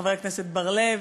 חבר הכנסת בר-לב